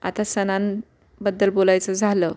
आता सणांबद्दल बोलायचं झालं